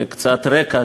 קצת לרקע,